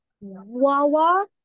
Wawa